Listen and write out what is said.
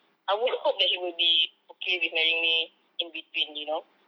I would hope that he would be okay with marrying me in between you know